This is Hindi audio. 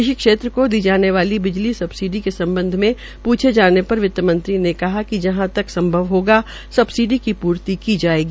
कृषि क्षेत्र को दी जाने वाली बिजली सब्सीडी के जाने पर वित मंत्री ने कहा कि जहां तक संभव होगा सब्सीडी की पूर्ति की जाएगी